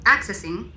Accessing